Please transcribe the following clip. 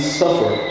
suffer